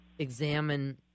Examine